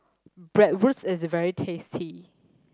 Bratwurst is very tasty